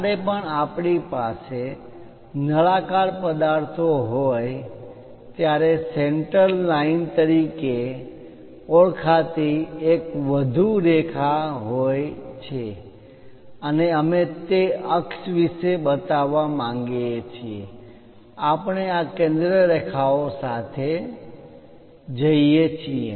જ્યારે પણ આપણી પાસે નળાકાર પદાર્થો હોય ત્યારે સેન્ટરલાઇન કેન્દ્ર રેખા centerline તરીકે ઓળખાતી એક વધુ રેખા લાઇન હોય છે અને અમે તે અક્ષ વિશે બતાવવા માંગીએ છીએ આપણે આ કેન્દ્ર રેખાઓ સાથે જઈએ છીએ